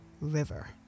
river